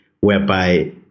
whereby